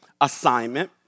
assignment